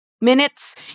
minutes